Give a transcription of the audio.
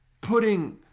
putting